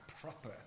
proper